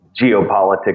geopolitics